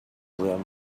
them